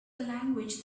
language